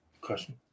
Question